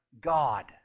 God